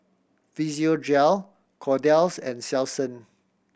Physiogel Kordel's and Selsun